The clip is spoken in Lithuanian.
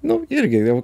nu irgi vėl